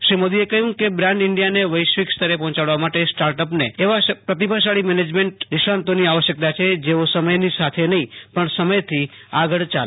શ્રી મોદીએ કહ્યું કે બ્રાન્ડ ઈન્ડિયાને વૈશ્વિક સ્તરે પહોંચાડવા માટે સ્ટાર્ટ અપને એવા પ્રતિભાશાળી મેનેજમેન્ટ નિષ્ણાતોની આવશ્યકતા છે જેઓ સમયની સાથે નહીં પણ સમયથી આગળ યાલે